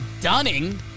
Dunning